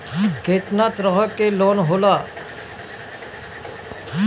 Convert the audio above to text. केतना तरह के लोन होला?